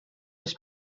les